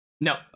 No